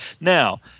Now